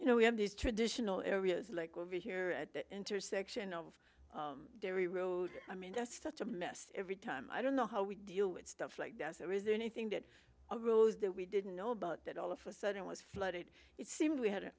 you know we have these traditional areas like over here at the intersection of derry road i mean that's such a mess every time i don't know how we deal with stuff like does there is anything that we didn't know about that all of a sudden was flooded it seemed we had an